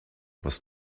was